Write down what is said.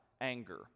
anger